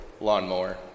lawnmower